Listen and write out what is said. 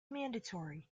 mandatory